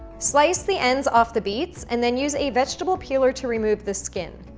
slice the ends off the beets and then use a vegetable peeler to remove the skin.